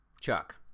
chuck